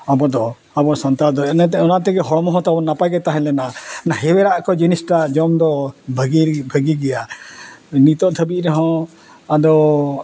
ᱟᱵᱚ ᱫᱚ ᱟᱵᱚ ᱥᱟᱱᱛᱟᱲ ᱫᱚ ᱮᱱᱮᱛᱮ ᱚᱱᱟ ᱛᱮᱜᱮ ᱦᱚᱲᱢᱚ ᱦᱚᱸ ᱛᱟᱵᱚᱱ ᱱᱟᱯᱟᱭ ᱜᱮ ᱛᱟᱦᱮᱸ ᱞᱮᱱᱟ ᱚᱱᱟ ᱦᱮᱣᱮᱨᱟᱜ ᱠᱚ ᱡᱤᱱᱤᱥᱴᱟᱜ ᱡᱚᱢ ᱫᱚ ᱵᱷᱟᱹᱜᱤ ᱵᱷᱟᱹᱜᱤ ᱜᱮᱭᱟ ᱱᱤᱛᱳᱜ ᱫᱷᱟᱹᱵᱤᱡ ᱨᱮᱦᱚᱸ ᱟᱫᱚ